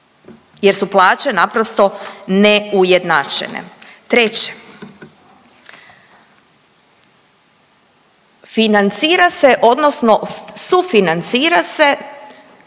jer su plaće naprosto neujednačene. Treće, financira se